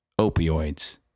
Opioids